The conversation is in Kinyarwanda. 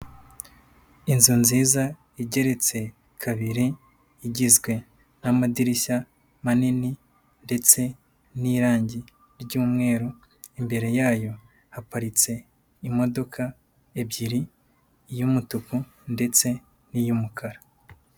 Inzu nziza igeretse kabiri, igizwe n'amadirishya manini ndetse n'irangi ry'umweru, imbere yayo haparitse imodoka ebyiri iy'umutuku ndetse n'iy'umukara.